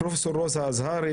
פרופ' רוזה אזהרי,